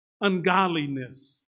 ungodliness